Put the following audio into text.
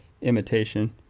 imitation